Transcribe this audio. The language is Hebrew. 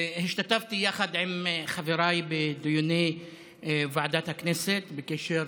השתתפתי יחד עם חבריי בדיוני ועדת הכנסת בקשר